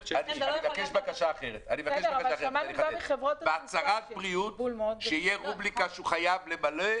בסדר, אבל שמענו גם מחברות התעופה שיש בלבול מאוד